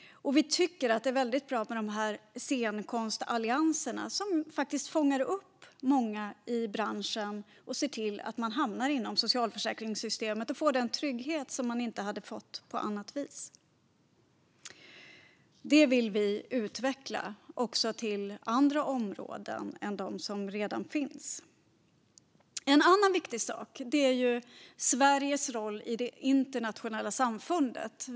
Scenkonstallianserna är väldigt bra, för de fångar upp många i branschen och ser till att de hamnar inom socialförsäkringssystemet så att de får den trygghet som de annars inte får. Detta vill vi utveckla på fler områden. Sveriges roll i det internationella samfundet är också viktigt.